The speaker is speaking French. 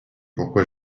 pourquoi